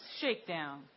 Shakedown